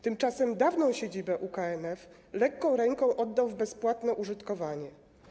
Tymczasem dawną siedzibę KNF lekką ręką oddał w bezpłatne użytkowanie.